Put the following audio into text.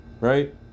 right